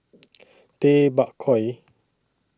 Tay Bak Koi